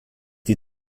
die